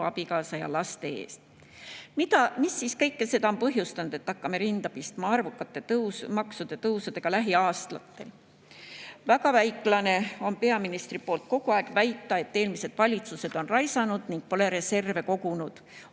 abikaasa ja laste eest. Mis siis kõike seda on põhjustanud, et hakkame rinda pistma arvukate maksutõusudega lähiaastatel? Väga väiklane on peaministri poolt kogu aeg väita, et eelmised valitsused on raisanud ning pole reserve kogunud.